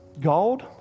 gold